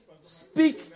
speak